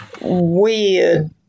weird